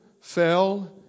fell